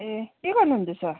ए के गर्नुहुँदैछ